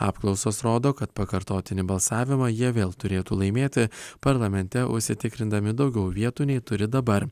apklausos rodo kad pakartotinį balsavimą jie vėl turėtų laimėti parlamente užsitikrindami daugiau vietų nei turi dabar